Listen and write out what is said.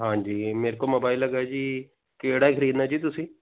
ਹਾਂਜੀ ਮੇਰੇ ਕੋਲ ਮੋਬਾਈਲ ਹੈਗਾ ਜੀ ਕਿਹੜਾ ਖਰੀਦਣਾ ਜੀ ਤੁਸੀਂ